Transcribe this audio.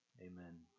Amen